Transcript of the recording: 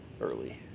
early